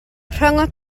rhyngot